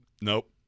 nope